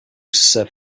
serve